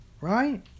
right